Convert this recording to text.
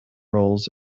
roles